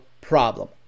problem